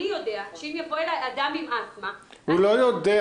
אני יודע שאם יבוא אליי אדם עם אסתמה --- הוא לא יודע.